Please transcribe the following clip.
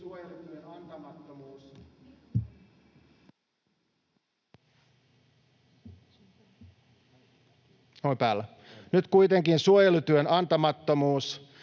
Nyt kuitenkin suojelutyön antamattomuus